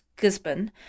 Gisborne